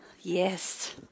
Yes